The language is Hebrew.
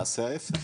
הוא יעשה ההיפך.